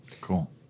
Cool